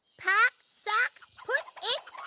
pock, sock, put it